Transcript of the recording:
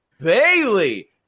bailey